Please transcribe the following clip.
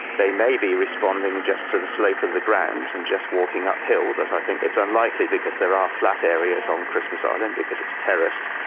they may be responding just to the slope of the ground and just walking uphill, but i think it's unlikely because there are flat areas on christmas island because it's terraced.